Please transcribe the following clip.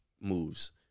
moves